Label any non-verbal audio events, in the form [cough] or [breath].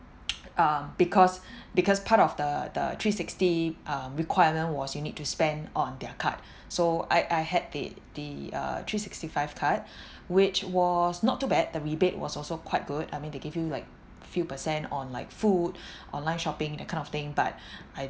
um because [breath] because part of the the three sixty um requirement was you need to spend on their card [breath] so I I had the the uh three sixty five card [breath] which was not too bad the rebate was also quite good I mean they give you like few percent on like food [breath] online shopping that kind of thing but [breath] I